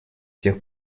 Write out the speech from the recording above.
тех